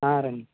రండి